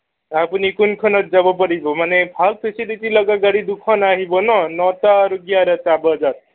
আপুনি কোনখনত যাব পাৰিব মানে ভাল ফেচিলেটি লগা গাড়ী দুখন আহিব ন নটা আৰু এঘাৰটা বজাত